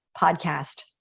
podcast